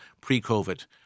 pre-COVID